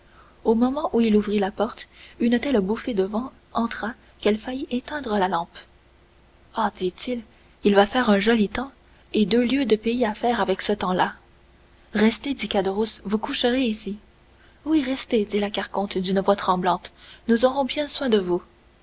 au moment où il ouvrit la porte une telle bouffée de vent entra qu'elle faillit éteindre la lampe oh dit-il il va faire un joli temps et deux lieues de pays à faire avec ce temps-là restez dit caderousse vous coucherez ici oui restez dit la carconte d'une voix tremblante nous aurons bien soin de vous